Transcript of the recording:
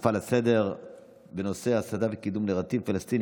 דחופה לסדר-היום בנושא הסתה וקידום נרטיב פלסטיני